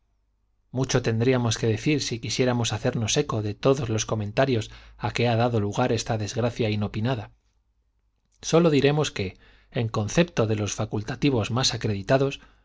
mucho tendríamos que decir si quisiéramos hacernos eco de todos los comentarios a que ha dado lugar esta desgracia inopinada sólo diremos que en concepto de los facultativos más acreditados